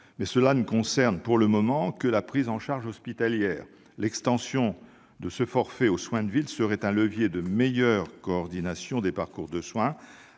mesure ne concerne, pour le moment, que la prise en charge hospitalière. L'extension de ce « forfait » aux soins de ville serait un levier de meilleure coordination des parcours de soins,